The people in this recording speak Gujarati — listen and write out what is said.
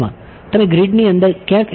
તમે ગ્રીડની અંદર ક્યાંક ઈચ્છો છો